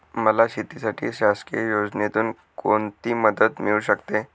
मला शेतीसाठी शासकीय योजनेतून कोणतीमदत मिळू शकते?